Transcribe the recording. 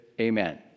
Amen